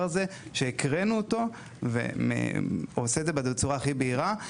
הזה שהקראנו אותו והוא עושה את זה בצורה הכי בהירה.